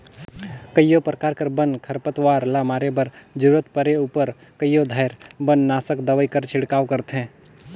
कइयो परकार कर बन, खरपतवार ल मारे बर जरूरत परे उपर कइयो धाएर बननासक दवई कर छिड़काव करथे